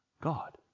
God